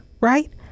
Right